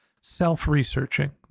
self-researching